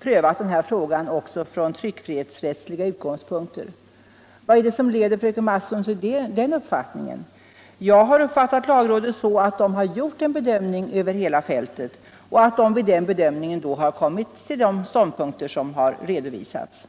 prövat den här frågan också från tryckfrihetsrättsliga utgångspunkter. Vad är det som leder fröken Mattson till den uppfattningen? Jag har uppfattat lagrådet så att det har gjort en bedömning över hela fältet och att det vid den bedömningen har kommit till de ståndpunkter som har redovisats.